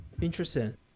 Interesting